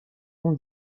اون